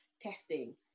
testing